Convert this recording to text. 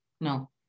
no